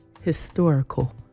historical